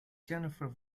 jennifer